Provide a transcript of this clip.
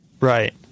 Right